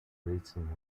rating